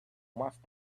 must